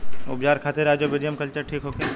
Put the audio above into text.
उपचार खातिर rhizobium culture ठीक होखे?